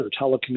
telecommunications